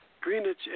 Greenwich